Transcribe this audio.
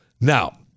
Now